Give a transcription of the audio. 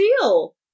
deal